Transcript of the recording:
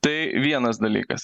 tai vienas dalykas